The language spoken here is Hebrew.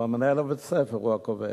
אבל מנהל בית-הספר הוא הקובע.